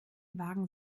wagen